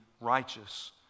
righteous